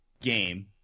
game